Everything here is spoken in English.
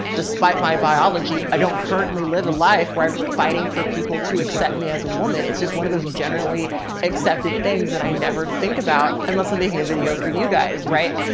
despite my biology, i don't currently live a life where i'm fighting for people to accept me as a woman. it's just one of those generally accepted things that i never think about unless i'm making a video. for you guys, right?